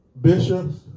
bishops